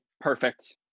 perfect